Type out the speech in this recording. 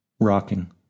Rocking